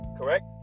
Correct